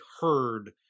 heard